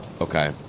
Okay